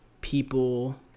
people